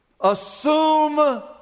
assume